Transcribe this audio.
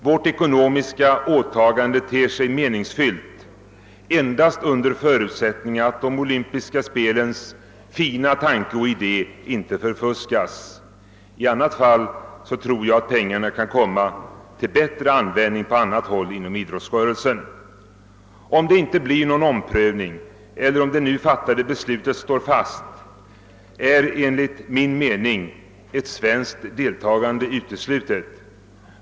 Vårt ekonomiska åtagande ter sig meningsfyllt endast under förutsättning att de olympiska spelens fina tanke och idé inte förfuskas. I annat fall torde pengarna kunna komma till bättre användning på annat håll inom idrottsrörelsen. Om det inte blir någon omprövning eller om det nu fattade beslutet står fast, är enligt min mening ett svenskt deltagande uteslutet.